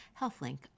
HealthLink